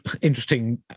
interesting